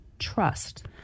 Trust